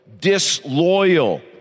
disloyal